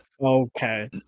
Okay